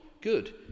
Good